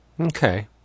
okay